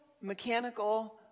mechanical